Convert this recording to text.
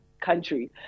country